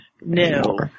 No